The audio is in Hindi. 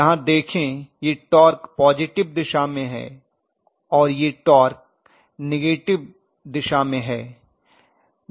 यहाँ देखें यह टार्क पॉजिटिव दिशा में है और यह टार्क नेगेटिव दिशा में है